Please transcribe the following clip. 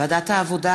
ועדת העבודה,